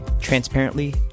transparently